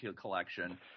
collection